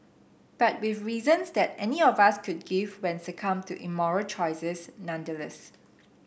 but with reasons that any of us could give when succumbed to immoral choices nonetheless